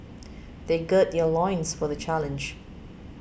they gird their loins for the challenge